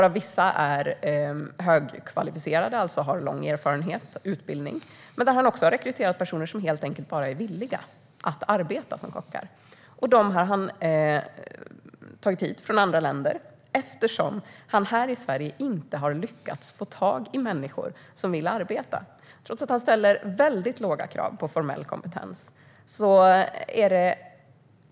Vissa är högkvalificerade och har lång erfarenhet och utbildning, men han har också rekryterat personer som helt enkelt bara är villiga att arbeta som kock. Dem har han tagit hit från andra länder eftersom han inte har lyckats få tag i människor här i Sverige som vill arbeta, trots att han ställer väldigt låga krav på formell kompetens.